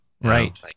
right